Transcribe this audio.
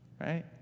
Right